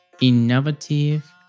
innovative